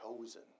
chosen